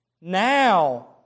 Now